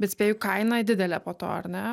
bet spėju kaina didelė po to ar ne